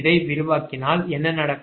இதை விரிவாக்கினால் என்ன நடக்கும்